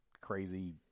crazy